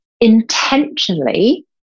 intentionally